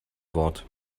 wort